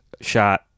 shot